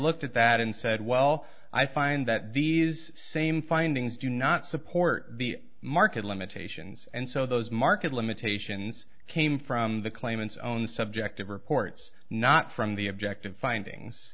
looked at that and said well i find that these same findings do not support the market limitations and so those market limitations came from the claimants own subjective reports not from the objective findings